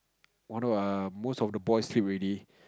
wanna err most of the boys sleep already